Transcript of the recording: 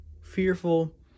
fearful